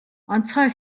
онцгой